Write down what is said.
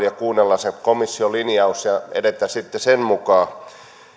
ja kuunnella se komission linjaus ja edetä sitten sen mukaan